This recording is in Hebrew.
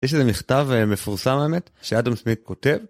יש איזה מכתב מפורסם האמת, שאדם סמית כותב.